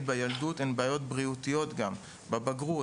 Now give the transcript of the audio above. בילדות הן בעיות בריאותיות גם בבגרות,